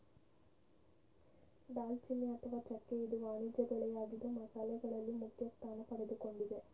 ದಾಲ್ಚಿನ್ನಿ ಅಥವಾ ಚೆಕ್ಕೆ ಇದು ವಾಣಿಜ್ಯ ಬೆಳೆಯಾಗಿದ್ದು ಮಸಾಲೆಗಳಲ್ಲಿ ಮುಖ್ಯಸ್ಥಾನ ಪಡೆದುಕೊಂಡಿದೆ